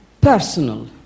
personal